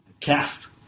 calf